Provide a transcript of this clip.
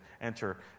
enter